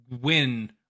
win